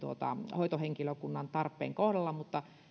hoitohenkilökunnan tarpeen kohdalla mutta uskon että